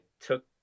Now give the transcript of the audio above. took